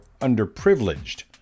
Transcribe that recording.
underprivileged